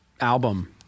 album